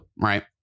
Right